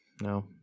No